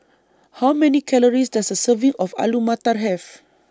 How Many Calories Does A Serving of Alu Matar Have